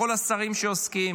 לכל השרים שעוסקים,